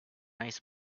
ice